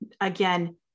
again